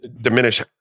diminish